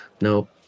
nope